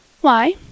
Why